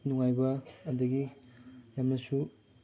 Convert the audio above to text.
ꯅꯨꯡꯉꯥꯏꯕ ꯑꯗꯒꯤ ꯌꯥꯝꯅꯁꯨ